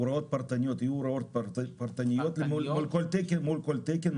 הוראות פרטניות, יהיו הוראות פרטניות מול כל תקן.